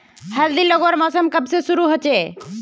हल्दी लगवार मौसम कब से शुरू होचए?